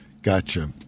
Gotcha